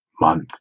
month